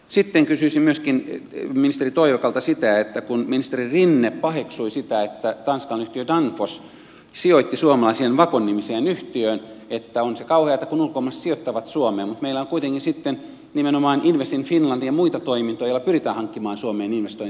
sitten kysyisin ministeri toivakalta myöskin siitä kun ministeri rinne paheksui sitä että tanskalainen yhtiö danfoss sijoitti suomalaiseen vacon nimiseen yhtiöön että on se kauheata kun ulkomaalaiset sijoittavat suomeen mutta meillä on kuitenkin sitten nimenomaan invest in finland ja muita toimintoja joilla pyritään hankkimaan suomeen investointeja